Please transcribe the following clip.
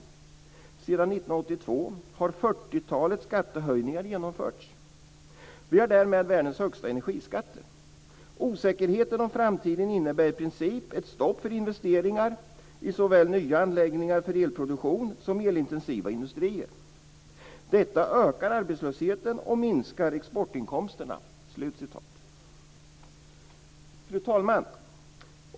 Sedan 1982 har 40 talet skattehöjningar genomförts. Vi har därmed världens högsta energiskatter. Osäkerheten om framtiden innebär i princip ett stopp för investeringar i såväl nya anläggningar för elproduktion som elintensiva industrier. Detta ökar arbetslösheten och minskar exportinkomsterna." Fru talman!